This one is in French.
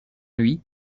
lui